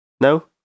No